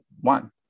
one